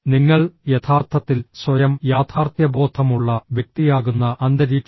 നിങ്ങൾ യഥാർത്ഥത്തിൽ സ്വയം യാഥാർത്ഥ്യബോധമുള്ള വ്യക്തിയാകുന്ന അന്തരീക്ഷം